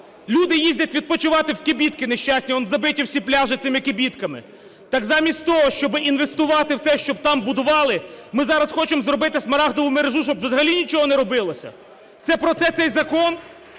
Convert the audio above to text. Люди їздять відпочивати в кибитки нещасні, он забиті всі пляжі цими кибитками. Так замість того, щоби інвестувати в те, щоб там будували, ми зараз хочемо зробити Смарагдову мережу, щоб взагалі нічого не робилося, це про це цей закон?